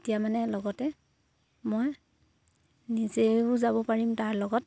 তেতিয়া মানে লগতে মই নিজেও যাব পাৰিম তাৰ লগত